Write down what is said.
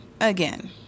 again